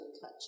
Touch